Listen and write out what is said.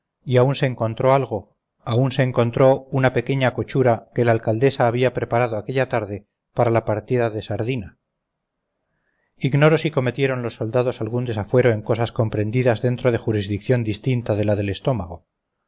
y aún se encontró algo aún se encontró una pequeña cochura que la alcaldesa había preparado aquella tarde para la partida de sardina ignoro si cometieron los soldados algún desafuero en cosas comprendidas dentro de jurisdicción distinta de la del estómago